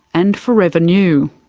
and forever new.